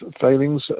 failings